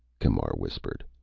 camar whispered.